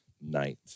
night